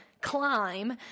climb